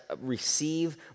receive